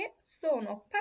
sono